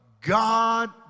God